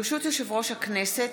ברשות יושב-ראש הכנסת,